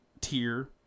tier